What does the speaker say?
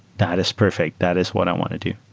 that is perfect. that is what i want to do.